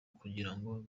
kugirango